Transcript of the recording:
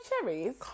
cherries